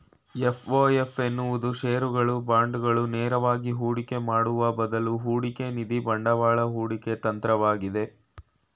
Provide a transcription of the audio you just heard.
FOF ಎನ್ನುವುದು ಶೇರುಗಳು, ಬಾಂಡುಗಳು ನೇರವಾಗಿ ಹೂಡಿಕೆ ಮಾಡುವ ಬದ್ಲು ಹೂಡಿಕೆನಿಧಿ ಬಂಡವಾಳ ಹೂಡಿಕೆ ತಂತ್ರವಾಗೈತೆ